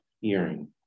hearing